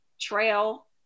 trail